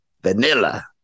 vanilla